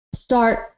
start